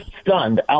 stunned